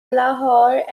lahore